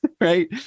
Right